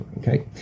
okay